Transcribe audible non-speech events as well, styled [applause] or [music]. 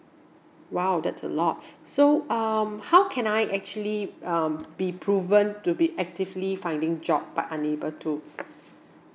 !wow! that's a lot [breath] so um how can I actually um be proven to be actively finding job but unable to